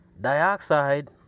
dioxide